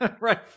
right